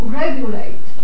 regulate